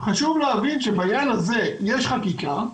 חשוב להבין שבעניין הזה יש חקיקה,